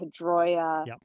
Pedroia